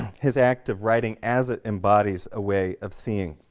his act of writing as it embodies a way of seeing.